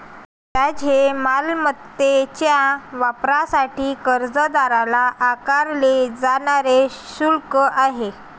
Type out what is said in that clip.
व्याज हे मालमत्तेच्या वापरासाठी कर्जदाराला आकारले जाणारे शुल्क आहे